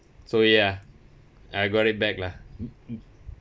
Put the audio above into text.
so ya I got it back lah